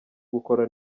gukora